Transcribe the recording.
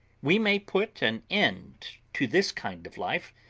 we may put an end to this kind of life,